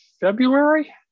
February